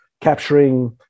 capturing